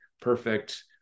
perfect